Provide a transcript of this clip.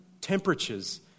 temperatures